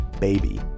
baby